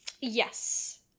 Yes